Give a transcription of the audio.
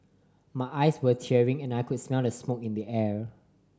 my eyes were tearing and I could smell the smoke in the air